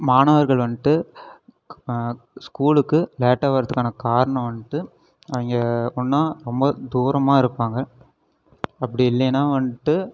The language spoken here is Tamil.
மாணவர்கள் வந்துட்டு ஸ்கூலுக்கு லேட்டாக வரத்துக்கான காரணம் வந்துட்டு அவங்க ஒன்று ரொம்ப தூரமாக இருப்பாங்க அப்படி இல்லைனா வந்துட்டு